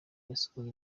yasohoye